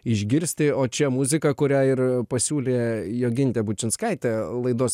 išgirsti o čia muzika kurią ir pasiūlė jogintė bučinskaitė laidos